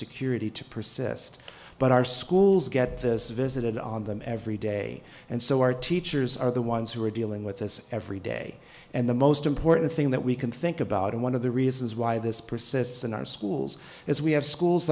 security to persist but our schools get this visited on them every day and so our teachers are the ones who are dealing with this every day and the most important thing that we can think about and one of the reasons why this persists in our schools is we have schools